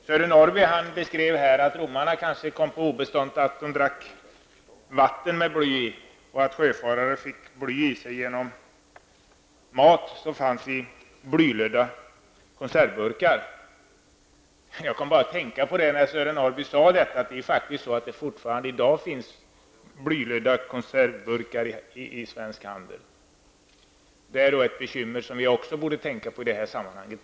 Sören Norrby sade här att romarna kanske kom på obestånd därför att de drack vatten med bly i, och att sjöfarare fick bly i sig genom mat i blylödda konservburkar. När Sören Norrby sade detta, kom jag att tänka på att det faktiskt ännu i dag finns blylödda konservburkar i svensk handel. Det är ett bekymmer som vi också borde tänka på i det här sammanhanget.